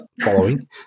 following